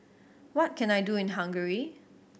what can I do in Hungary